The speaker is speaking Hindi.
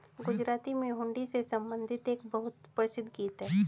गुजराती में हुंडी से संबंधित एक बहुत प्रसिद्ध गीत हैं